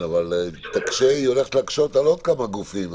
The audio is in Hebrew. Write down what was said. אבל היא הולכת להקשות על עוד כמה גופים,